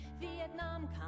Vietnam